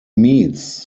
meets